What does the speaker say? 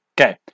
Okay